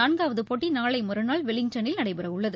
நான்காவது போட்டி நாளை மறுநாள் வெலிங்டனில் நடைபெறவுள்ளது